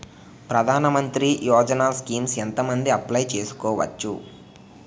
ప్రధాన మంత్రి యోజన స్కీమ్స్ ఎంత మంది అప్లయ్ చేసుకోవచ్చు?